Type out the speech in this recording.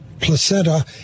placenta